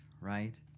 right